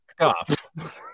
off